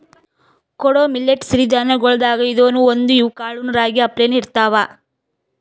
ಕೊಡೊ ಮಿಲ್ಲೆಟ್ ಸಿರಿ ಧಾನ್ಯಗೊಳ್ದಾಗ್ ಇದೂನು ಒಂದು, ಇವ್ ಕಾಳನೂ ರಾಗಿ ಅಪ್ಲೇನೇ ಇರ್ತಾವ